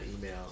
email